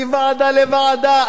מוועדה לוועדה,